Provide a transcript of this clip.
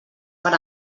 per